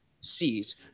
sees